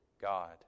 God